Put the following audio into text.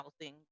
housing